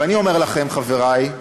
ואני אומר לכם, חברי,